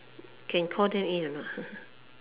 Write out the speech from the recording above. can call them in or not